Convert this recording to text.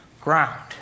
ground